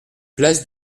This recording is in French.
place